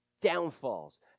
downfalls